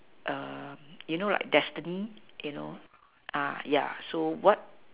err you know like destiny you know ah yeah so what